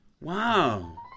Wow